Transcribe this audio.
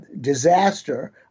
disaster